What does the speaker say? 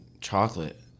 Chocolate